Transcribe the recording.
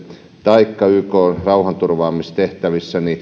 taikka ykn rauhanturvaamistehtävissä